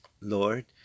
Lord